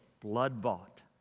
blood-bought